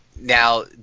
now